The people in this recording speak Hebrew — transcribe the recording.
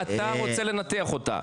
איך אתה רוצה שאתה תנתח אותה?